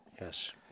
Yes